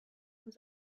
was